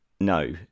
no